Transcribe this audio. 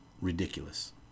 Ridiculous